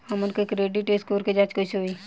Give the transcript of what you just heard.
हमन के credit score के जांच कैसे होइ?